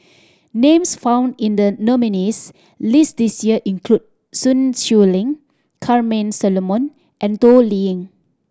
names found in the nominees' list this year include Sun Xueling Charmaine Solomon and Toh Liying